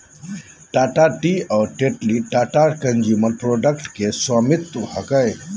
Tata tea और Tetley Tata consumer products के स्वामित्व हकय